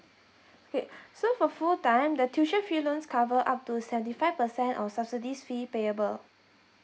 okay so for full time the tuition fee loans cover up to seventy five percent of subsidies fee payable